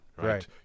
Right